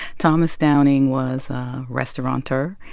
thomas downing was a restaurateur,